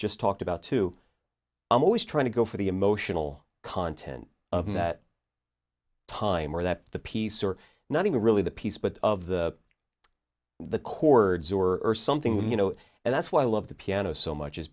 just talked about to i'm always trying to go for the emotional content of that time or that the piece or not even really the piece but of the the chords or something you know and that's why i love the piano so much is